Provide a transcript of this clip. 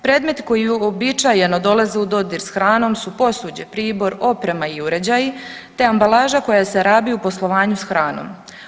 Predmeti koji uobičajeno dolaze u dodir s hranom su posuđe, pribor, oprema i uređaji te ambalaža koja se rabi u poslovanju s hranom.